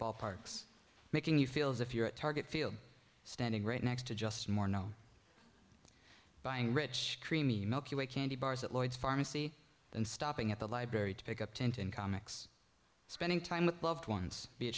ballparks making you feel as if you're at target field standing right next to just more no buying rich creamy milky way candy bars at lloyd's pharmacy and stopping at the library to pick up tent and comics spending time with loved ones